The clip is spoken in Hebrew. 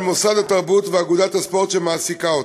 מוסד התרבות ואגודת הספורט שמעסיקים אותם,